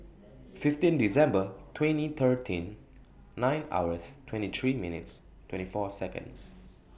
fifteen December twenty thirteen nine hours twenty three minutes twenty four Seconds